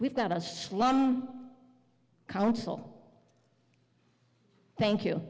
we've got a slum council thank you